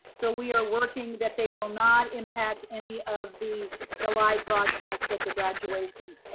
so we are working that they will not impact any of the the live broadcasts of the graduations